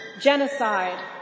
genocide